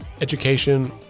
education